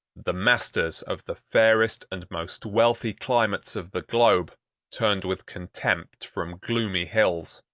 the masters of the fairest and most wealthy climates of the globe turned with contempt from gloomy hills,